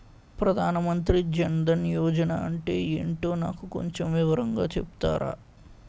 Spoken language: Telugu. ప్రధాన్ మంత్రి జన్ దన్ యోజన అంటే ఏంటో నాకు కొంచెం వివరంగా చెపుతారా?